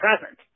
present